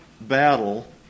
battle